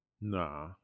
Nah